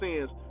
sins